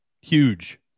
Huge